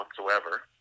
whatsoever